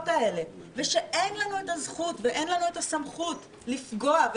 האלה ואין לנו את הזכות ואין לנו את הסמכות לפגוע,